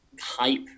hype